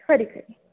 खरी खरी